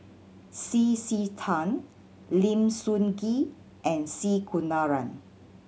C C Tan Lim Sun Gee and C Kunalan